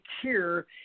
secure